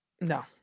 No